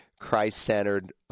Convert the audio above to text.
Christ-centered